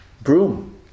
broom